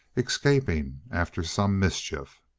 escaping after some mischief.